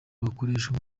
bukoreshwa